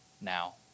now